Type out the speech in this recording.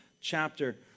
chapter